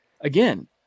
Again